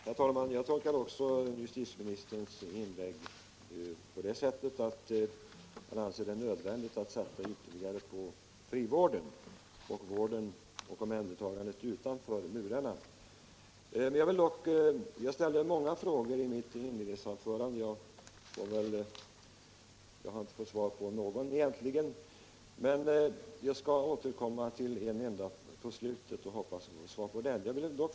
Herr talman! Jag tolkar också justitieministerns inlägg på det sättet att han anser det nödvändigt att satsa ytterligare på frivården, på omhändertagandet utanför murarna. Jag ställde många frågor i mitt inledningsanförande och har egentligen inte fått svar på någon, men jag skall nu återkomma till en enda och hoppas att jag får svar på den.